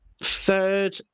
Third